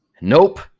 Nope